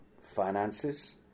finances